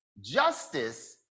justice